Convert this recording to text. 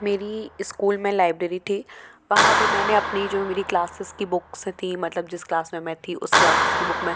मेरी इस्कूल में लाइब्रेरी थी वहाँ पर मैंने अपनी जो मेरी क्लासेस की बुक्स थी मतलब जिस क्लास में मैं थी उस क्लास की बुक मैं